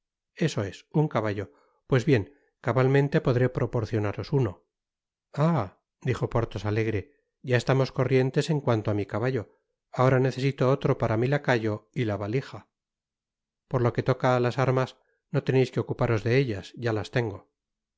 eso es un caballo pues bien cabalmente podré proporcionaros uno ah dijo porthos alegre ya estamos corrientes en cuanto á mi caballo ahora necesito otro para mi lacayo y la balija por lo que toca á las armas no teneis que ocuparos de ellas ya las tengo un